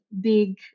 big